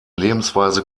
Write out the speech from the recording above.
lebensweise